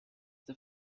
the